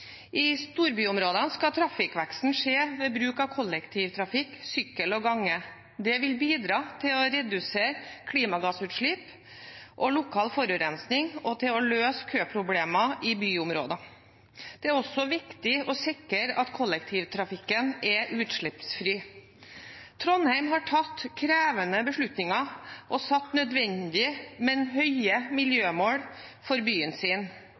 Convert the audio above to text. I storbyområdene skal trafikkveksten skje ved bruk av kollektivtrafikk, sykkel og gange. Det vil bidra til å redusere klimagassutslipp og lokal forurensing og til å løse køproblemer i byområdene. Det er også viktig å sikre at kollektivtrafikken er utslippsfri. Trondheim har tatt krevende beslutninger og satt nødvendige, men høye, miljømål for byen sin.